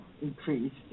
increased